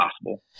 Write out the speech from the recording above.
possible